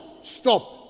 stop